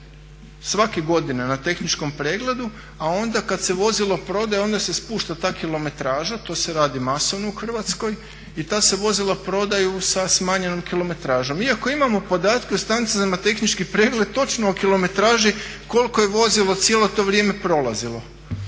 svake godine na tehničkom pregledu, a onda kad se vozilo prodaje onda se spušta ta kilometraža, to se radi masovno u Hrvatskoj i ta se vozila prodaju sa smanjenom kilometražom. Iako imamo podatke u stanicama za tehnički pregled točno o kilometraži koliko je vozilo cijelo to vrijeme prolazilo.